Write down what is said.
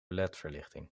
ledverlichting